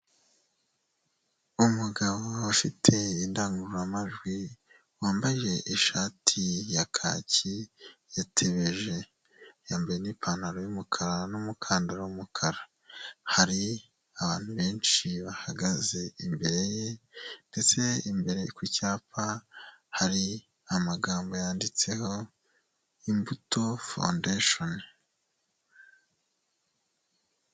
Umugabo ufite indangururamajwi, wambaye ishati ya kacyi yatebeje, yambaye n'ipantaro y'umukara n'umukandara w'umukara. Hari abantu benshi bahagaze imbere ye ndetse imbere ku cyapa hari amagambo yanditseho Imbuto foundation.